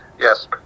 yes